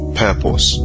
purpose